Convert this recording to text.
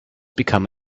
become